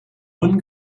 one